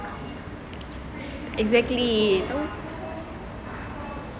exactly